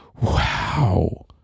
wow